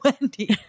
Wendy